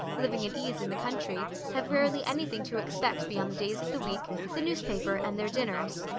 living at ease in the country, have rarely anything to expect beyond the days of the week, the newspaper, and their dinners.